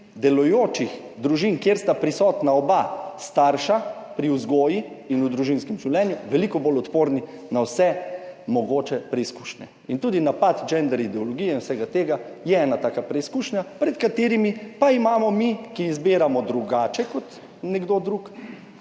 delujočih družin, kjer sta prisotna oba starša pri vzgoji in v družinskem življenju, veliko bolj odporni na vse mogoče preizkušnje. Tudi napad gender ideologije in vsega tega je ena taka preizkušnja, pred katero pa imamo mi, ki izbiramo drugače kot nekdo drug,